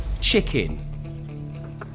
chicken